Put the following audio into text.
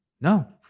no